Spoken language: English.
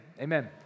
Amen